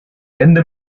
ende